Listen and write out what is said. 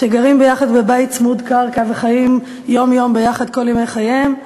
שגרים יחד בבית צמוד-קרקע וחיים יום-יום יחד כל ימי חייהם,